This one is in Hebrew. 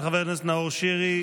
של חבר הכנסת נאור שירי,